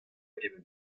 vimp